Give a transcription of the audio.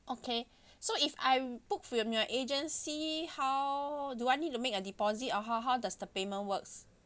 okay so if I book from your agency how do I need to make a deposit or how how does the payment works